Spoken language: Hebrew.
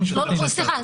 סליחה.